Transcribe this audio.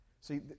See